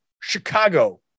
Chicago